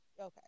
okay